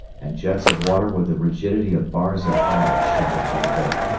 and jets of water with the rigidity of bars of iron shot into the boat.